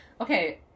okay